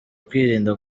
kwirinda